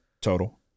total